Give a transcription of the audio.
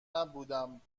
نبودم